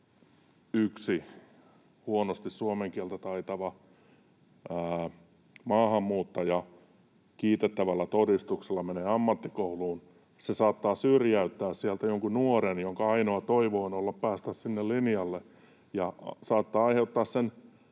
yksi huonosti suomen kieltä taitava maahanmuuttaja ja hän kiitettävällä todistuksella menee ammattikouluun, saattaa syrjäyttää sieltä jonkun nuoren, jonka ainoa toivo on ollut päästä sinne linjalle.